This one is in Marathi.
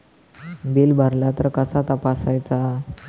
बिल भरला तर कसा तपसायचा?